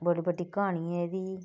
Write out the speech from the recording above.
बड़ी बड्डी क्हानी ऐ एह्दी